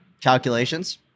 calculations